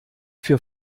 für